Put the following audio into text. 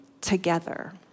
together